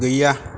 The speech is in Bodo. गैया